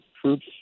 troops